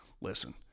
Listen